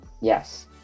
Yes